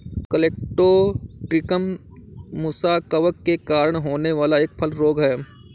colletotrichum musa कवक के कारण होने वाला एक फल रोग है